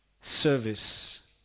service